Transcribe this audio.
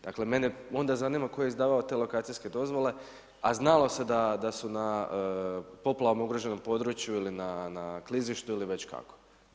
Dakle mene onda zanima tko je izdavao te lokacijske dozvole a znalo se da su na poplavama ugroženom području ili na klizištu ili već kako.